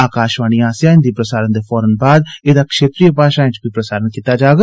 आकाशवाणी आसेआ हिंदी प्रसारण दे फौरन मगराए एहदा क्षेत्रीय भाषाएं च बी प्रसारण कीता जाग